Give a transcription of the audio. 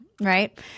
right